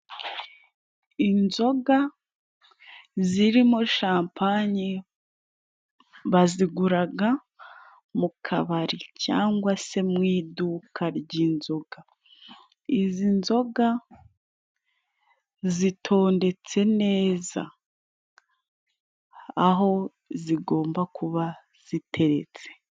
Inzoga ziri muri shampanye bazigura mu kabari, cyangwa se mu iduka ry' inzoga; izi nzoga zitondetse neza aho zigomba kuba ziteretse.